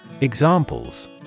Examples